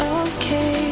okay